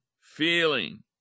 feeling